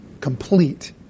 complete